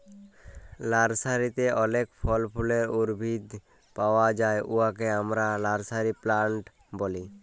লার্সারিতে অলেক ফল ফুলের উদ্ভিদ পাউয়া যায় উয়াকে আমরা লার্সারি প্লান্ট ব্যলি